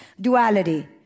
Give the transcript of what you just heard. duality